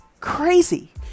crazy